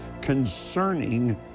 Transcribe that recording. concerning